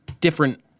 different